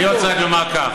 אני רק רוצה לומר כך: